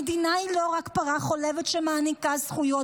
המדינה היא לא רק פרה חולבת שמעניקה זכויות,